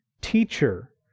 teacher